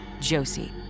Josie